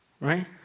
right